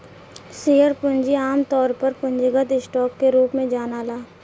share पूंजी आमतौर पर पूंजीगत स्टॉक के रूप में जनाला